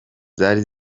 zari